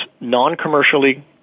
non-commercially